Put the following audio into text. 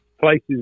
Places